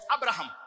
Abraham